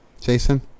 Jason